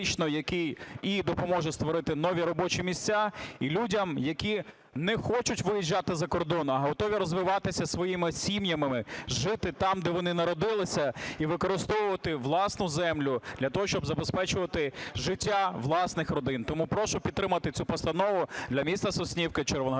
який і допоможе створити нові робочі місця людям, які не хочуть виїжджати за кордон, а готові розвиватися з своїми сім'ями, жити там, де вони народилися, і використовувати власну землю для того, щоб забезпечувати життя власних родин. Тому прошу підтримати цю постанову, для міста Соснівка Червоноградського